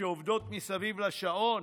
שעובדות מסביב לשעון.